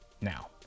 Now